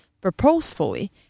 purposefully